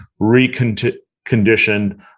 reconditioned